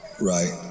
Right